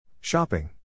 Shopping